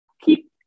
keep